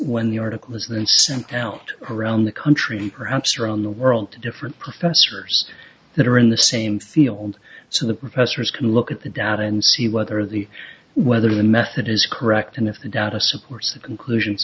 when the article was that out around the country perhaps around the world to different professors that are in the same field so the professors can look at the data and see whether the whether the method is correct and if the data supports the conclusions